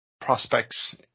prospects